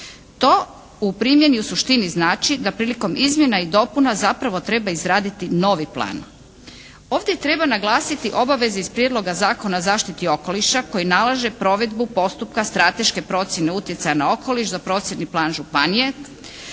To u primjeni u suštini znači da prilikom izmjena i dopuna zapravo treba izraditi novi plan. Ovdje treba naglasiti obaveze iz Prijedloga zakona o zaštiti okoliša koji nalaže provedbu postupka strateške procjene utjecaja na okoliš za prostorni plan županije